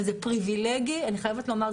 אני חייבת לומר,